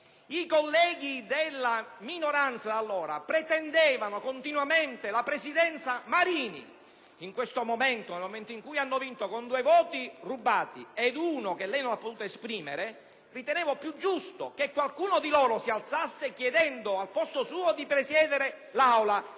i colleghi della minoranza di allora pretendevano continuamente la presidenza Marini. Pertanto, nel momento in cui hanno vinto con due voti rubati ed uno che lei non ha potuto esprimere, avrei ritenuto più giusto che qualcuno di loro si alzasse chiedendo di presiedere l'Aula